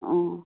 অঁ